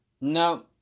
No